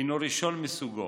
הינו ראשון מסוגו,